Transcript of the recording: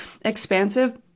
expansive